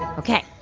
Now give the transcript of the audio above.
ok.